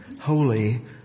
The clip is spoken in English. Holy